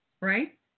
right